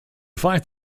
fight